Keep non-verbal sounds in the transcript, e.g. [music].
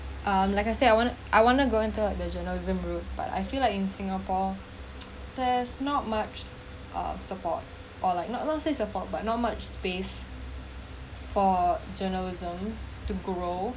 um like I say I want to I want to go into the journalism road but I feel like in singapore [noise] there's not much uh support or like not not say support but not much space for journalism to grow